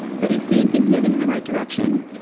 but he's seeing things moving in the right direction.